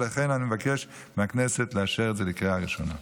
ולכן אני מבקש מהכנסת לאשר את זה בקריאה ראשונה.